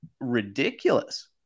ridiculous